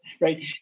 right